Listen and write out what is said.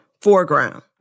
foreground